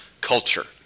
culture